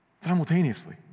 Simultaneously